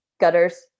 gutters